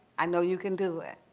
i know you can do it.